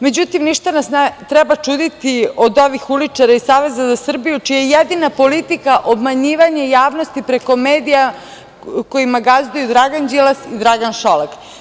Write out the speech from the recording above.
Međutim, ništa nas ne treba čuditi od ovih uličara iz Saveza za Srbiju, čija je jedina politika obmanjivanje javnosti preko medija, a kojima gazduju Dragan Đilas i Dragan Šolak.